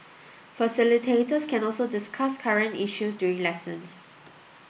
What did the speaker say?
facilitators can also discuss current issues during lessons